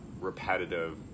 repetitive